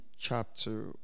chapter